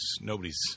Nobody's